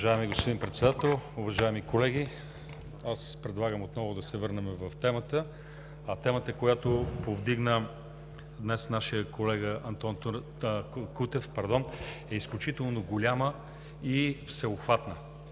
Уважаеми господин Председател, уважаеми колеги! Предлагам отново да се върнем в темата, а темата, която повдигна днес нашият колега Антон Кутев, е изключително голяма и всеобхватна.